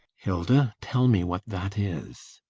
hilda tell me what that is!